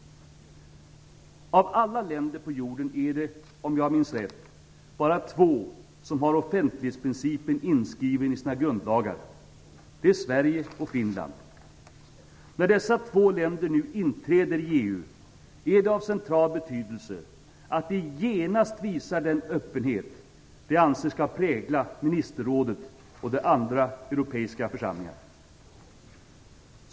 Av alla länder på jorden är det, om jag minns rätt, bara två som har offentlighetsprincipen inskriven i sina grundlagar. Det är Sverige och Finland. När dessa två länder nu inträder i EU är det av central betydelse att de genast visar den öppenhet de anser skall prägla ministerrådet och andra europeiska församlingar.